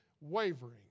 wavering